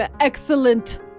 excellent